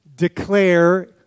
declare